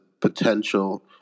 potential